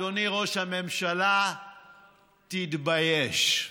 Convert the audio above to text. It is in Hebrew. אדוני ראש הממשלה: תתבייש.